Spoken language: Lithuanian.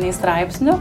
nei straipsnio